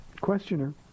questioner